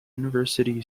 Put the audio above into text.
university